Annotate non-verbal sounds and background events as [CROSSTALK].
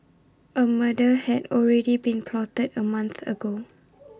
A murder had already been plotted A month ago [NOISE]